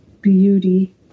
beauty